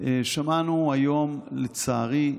שמענו היום, לצערי,